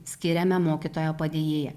skiriame mokytojo padėjėją